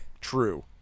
True